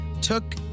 took